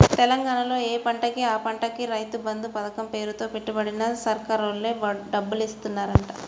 తెలంగాణాలో యే పంటకి ఆ పంటకి రైతు బంధు పతకం పేరుతో పెట్టుబడికి సర్కారోల్లే డబ్బులిత్తన్నారంట